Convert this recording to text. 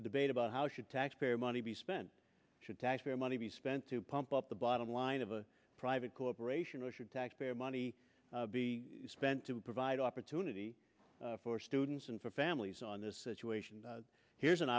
a debate about how should taxpayer money be spent should taxpayer money be spent to pump up the bottom line of a private corporation or should taxpayer money be spent to provide opportunity for students and for families on this situation here's an